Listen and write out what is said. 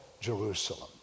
Jerusalem